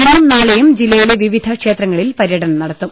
ഇന്നും നാളെയും ജില്ല യിലെ വിവിധ ക്ഷേത്രങ്ങളിൽ പര്യടനം നടത്തും